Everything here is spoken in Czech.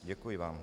Děkuji vám.